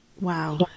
Wow